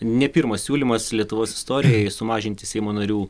ne pirmas siūlymas lietuvos istorijoj sumažinti seimo narių